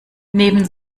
neben